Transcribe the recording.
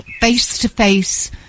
face-to-face